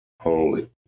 Holy